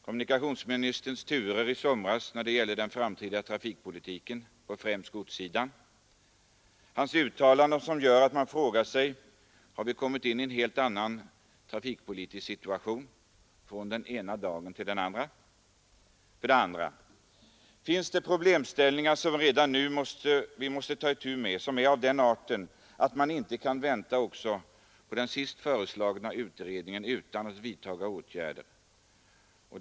Kommunikationsministerns turer i somras när det gäller den framtida trafikpolitiken på främst godssidan och hans uttalanden i det sammanhanget gör att man frågar sig om vi har kommit in i en helt annan trafikpolitisk situation från den ena dagen till den andra. 2. Finns det problemställningar som vi redan nu måste ta itu med och som är av den arten att man inte kan vänta också på den senast föreslagna utredningen utan att vidta åtgärder dessförinnan?